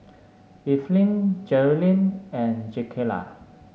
Eveline Jerrilyn and Jakayla